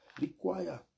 require